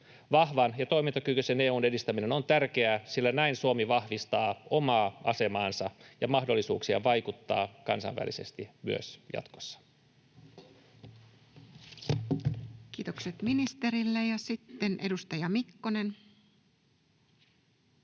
Vahvan ja toimintakykyisen EU:n edistäminen on tärkeää, sillä näin Suomi vahvistaa omaa asemaansa ja mahdollisuuksia vaikuttaa kansainvälisesti myös jatkossa. Kiitokset ministerille. — Sitten edustaja Mikkonen.